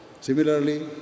Similarly